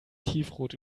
tiefrot